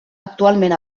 actualment